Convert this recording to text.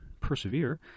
persevere